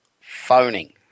phoning